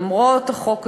למרות החוק הזה,